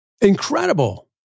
incredible